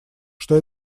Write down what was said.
что